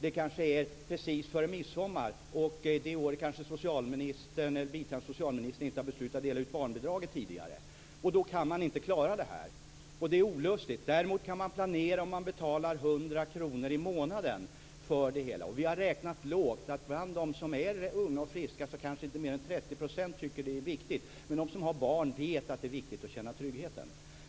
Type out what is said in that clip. Det kanske är precis före midsommar, och det året kanske socialministern eller biträdande socialministern inte har beslutat att dela ut barnbidraget tidigare. Då kan man inte klara det här, och det är olustigt. Däremot kan man planera om man betalar 100 kr i månaden för det hela. Vi har räknat lågt. Bland dem som är unga och friska kanske inte mer än 30 % tycker att det viktigt. Men de som har barn vet att det är viktigt att känna trygghet.